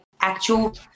actual